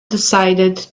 decided